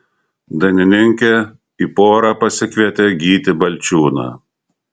dainininkė į porą pasikvietė gytį balčiūną